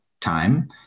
time